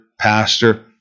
pastor